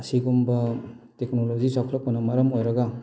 ꯑꯁꯤꯒꯨꯝꯕ ꯇꯦꯛꯅꯣꯂꯣꯖꯤ ꯆꯥꯎꯈꯠꯂꯛꯄꯅ ꯃꯔꯝ ꯑꯣꯏꯔꯒ